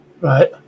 Right